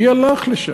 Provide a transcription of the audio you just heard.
מי הלך לשם?